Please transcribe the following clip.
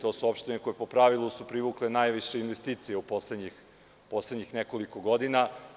To su opštine koje su po pravilu privukle najviše investicija u poslednjih nekoliko godina.